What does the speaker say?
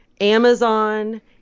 Amazon